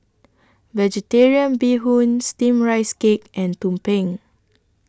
Vegetarian Bee Hoon Steamed Rice Cake and Tumpeng